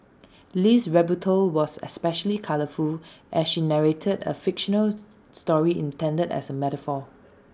Lee's rebuttal was especially colourful as she narrated A fictional story intended as A metaphor